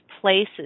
places